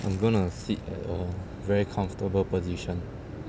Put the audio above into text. I'm going to sit at a very comfortable position